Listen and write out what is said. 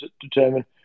determine